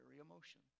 emotion